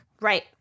Right